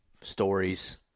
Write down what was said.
stories